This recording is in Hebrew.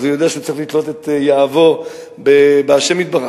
אז הוא יודע שצריך להשליך את יהבו על השם יתברך.